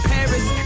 Paris